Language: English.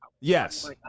yes